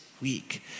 week